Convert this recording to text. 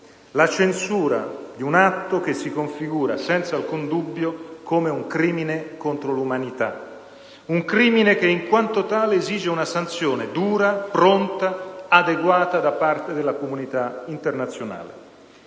la censura per un atto che si configura, senza alcun dubbio, come un crimine contro l'umanità che, in quanto tale, esige una sanzione dura, pronta e adeguata da parte della comunità internazionale.